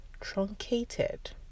truncated